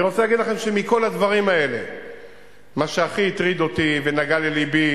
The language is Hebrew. אני רוצה להגיד לכם שמכל הדברים האלה מה שהכי הטריד אותי ונגע ללבי